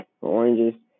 oranges